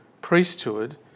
priesthood